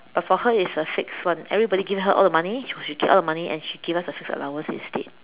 but for her it's a fixed one everybody give her all the money she will keep all the money and she give us a fixed allowance instead